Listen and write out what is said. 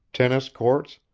tennis courts,